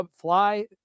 fly